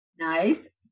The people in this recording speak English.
Nice